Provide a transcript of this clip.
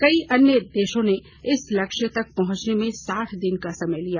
कई अन्य देशों ने इस लक्ष्य तक पहुंचने में साठ दिन का समय लिया